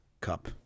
cup